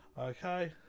Okay